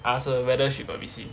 I ask her whether she got receive